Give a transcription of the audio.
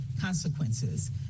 consequences